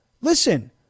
listen